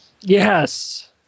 Yes